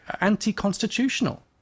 anti-constitutional